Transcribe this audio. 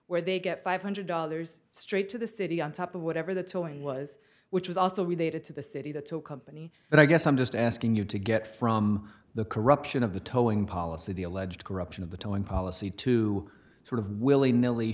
where they get five hundred dollars straight to the city on top of whatever the toing was which was also related to the city that's a company i guess i'm just asking you to get from the corruption of the towing policy the alleged corruption of the towing policy to sort of willy nilly